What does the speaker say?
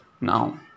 Now